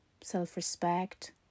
self-respect